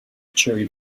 cherry